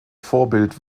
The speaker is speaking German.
vorbild